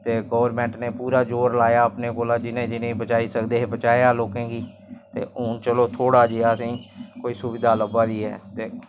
इक लोकैं दे घर पता लगदा हा ते फ्ही इक दूऐ दे घर जंदे हे कि अज्ज केह् होआ केह् कीता घर घर लोक पैह्लै सुनने गी जंदे हे हुन ते लोक अपने घर टीवी रक्खे दे ऐ